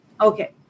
Okay